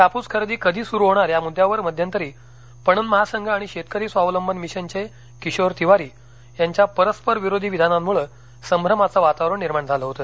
कापूस खरेदी कधी सुरू होणार या मुद्द्यावर मध्यंतरी पणन महासंघ आणि शेतकरी स्वावलंबन मिशनघे किशोर तिवारी यांच्या परस्पर विरोधी विधानांमुळे संभ्रमाचं वातावरण निर्माण झालं होतं